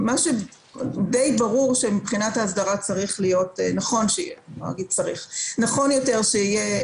די ברור שמבחינת ההסדרה נכון יותר שיהיה